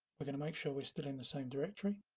we're going to make sure we're still in the same directory,